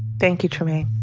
thank you, trymaine.